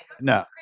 No